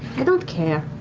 i don't care.